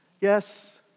Yes